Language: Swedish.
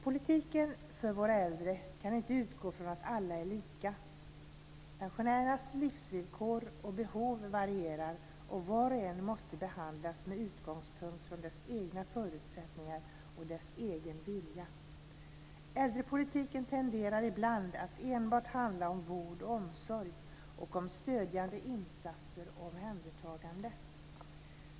Politiken för våra äldre kan inte utgå från att alla är lika. Pensionärernas villkor och behov varierar, och var och en måste behandlas med utgångspunkt från ens egna förutsättningar och ens egen vilja. Äldrepolitiken tenderar ibland att enbart handla om vård och omsorg, om stödjande insatser och omhändertagande.